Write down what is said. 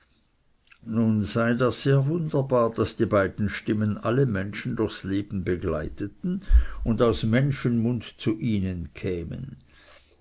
nun sei das sehr wunderbar daß die beiden stimmen alle menschen durchs leben begleiteten und aus menschenmund zu ihnen kämen